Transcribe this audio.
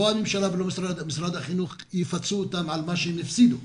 לא הממשלה ולא משרד החינוך יפצו אותם על ההפסד שלהם.